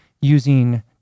using